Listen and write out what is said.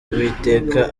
uwiteka